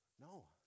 no